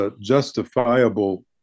justifiable